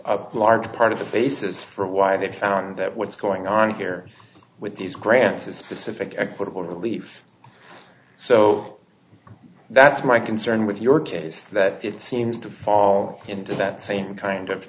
a large part of the basis for why they found that what's going on here with these grants is specific equitable relief so that's my concern with your case that it seems to fall into that same kind of